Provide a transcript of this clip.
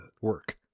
work